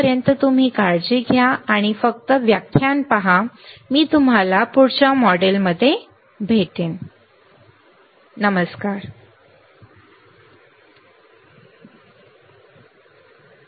तोपर्यंत तुम्ही काळजी घ्या आणि फक्त व्याख्यान पहा मी तुम्हाला पुढच्या मॉड्यूलमध्ये भेटू